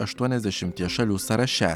aštuoniasdešimties šalių sąraše